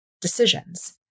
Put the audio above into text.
decisions